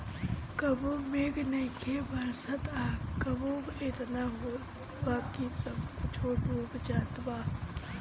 कबो मेघ नइखे बरसत आ कबो एतना होत बा कि सब कुछो डूब जात बा